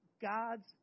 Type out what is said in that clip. God's